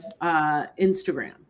Instagram